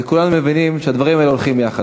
וכולנו מבינים שהדברים האלה הולכים יחד.